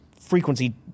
frequency